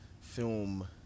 film